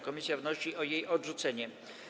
Komisja wnosi o jej odrzucenie.